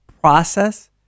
process